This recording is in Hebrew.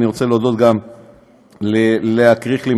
אני רוצה להודות גם ללאה קריכלי,